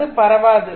அது பரவாது